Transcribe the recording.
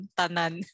tanan